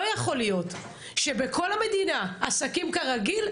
לא יכול להיות שבכל המדינה עסקים כרגיל,